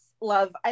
love